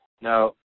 Now